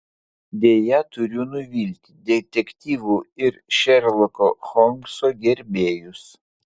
deja turiu nuvilti detektyvų ir šerloko holmso gerbėjus